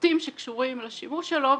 פרטים שקשורים לשימוש שלו.